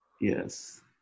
Yes